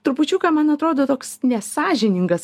trupučiuką man atrodo toks nesąžiningas